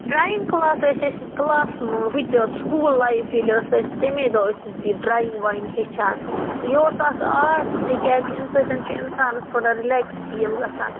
drawing class ٲسۍ أسۍ class ہُہ تہِ سکوٗل لایف ییٚلہِ ٲسۍ اَسہِ تَمے دۄہ ٲسۍ أس یہِ ڈرایِنٛگ وایِنٛگ ہیٚچھان یہِ اوس اَکھ آرٹ تِکیٛازِ اَمہِ سۭتۍ چھُ اِنسانَس تھوڑا رِلیکٕس فیٖل گَژھان